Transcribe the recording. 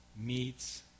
meets